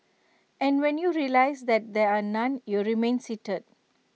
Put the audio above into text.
and when you realise that there are none you remain seated